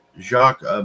Jacques